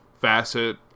facet